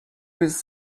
his